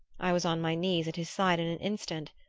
i was on my knees at his side in an instant.